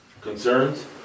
concerns